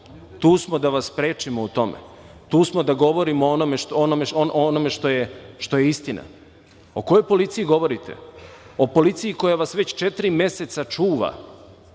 Tu smo da vas sprečimo u tome. Tu smo da govorimo o onome što je istina. O kojoj policiji govorite? O policiji koja vas već četiri meseca čuva,